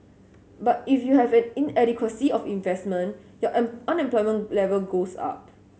but if you have an inadequacy of investment unemployment level goes up